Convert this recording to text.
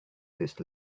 this